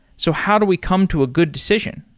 so how do we come to a good decision?